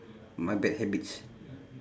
my bad habits